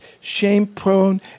shame-prone